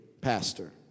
Pastor